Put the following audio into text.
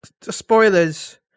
spoilers